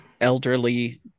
elderly